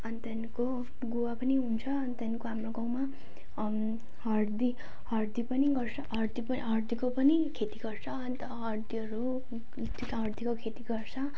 अनि त्यहाँको गुवा पनि हुन्छ अनि त्यहाँको हाम्रो गाउँमा हर्दी हर्दी पनि गर्छ हर्दी प हर्दीको पनि खेती गर्छ अन्त हर्दीहरू हर्दीको खेती गर्छ